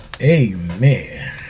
Amen